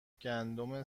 گندم